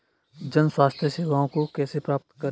जन स्वास्थ्य सेवाओं को कैसे प्राप्त करें?